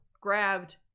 grabbed